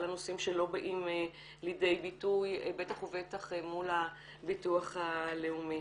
על הנושאים שלא באים לידי ביטוי ובטח ובטח מול הביטוח הלאומי.